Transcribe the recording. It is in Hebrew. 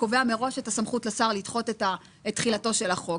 קובע מראש את הסמכות לשר לדחות את תחילתו של החוק?